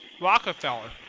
Rockefeller